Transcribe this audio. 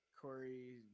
Corey